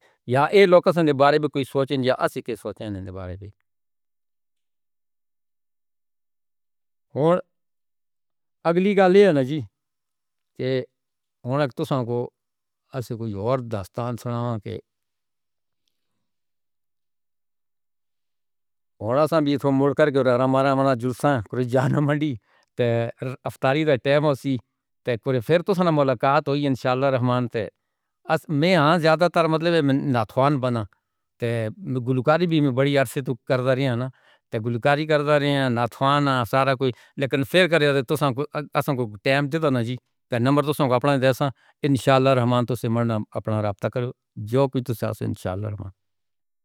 یا اِہ لوکسن دے بارے میں کچھ سوچیں نہ جان اَس کچھ سوچیں اُن دے بارے میں۔ ہور.اگلی گالی ہے نہ جی، تے ہُوں تُسینگو کوئی اور داستاں سُناؤں کے ہُݨ اَسّیں بھی تھوڑا مُڑ کے ذرا مارا مَنہ جوئے کوئی جانواں دی، تے اِفطاری دا ٹائم ہوسی۔ پھر تُسینہ مُلاقات ہوئی۔ انشاءاللہ رحمان تے، اَسّیں آج زیادہ تر مطلب نَتُوںاں بنا۔ تے گُلوکاݨی بھی میں بڑی عرصے تو کر دِتی نا۔ تے گُلوکارے کر دِتے نے۔ نَتُوںاں نہ سارا کوئی۔ لیکن پھر کرے تے تُسّیں-اَسّیں کوئی ٹائم دیندا نہ جی۔ تینں نمبر تُسّیں اپنا دیں اَسّیں۔ انشاءاللہ رحمان تُسّیں اپنا رابِطہ کرو۔ جاؤ کوئی تُسّیں اَسّیں انشاءاللہ رحمان